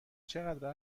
چقدر